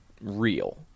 real